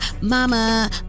mama